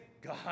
God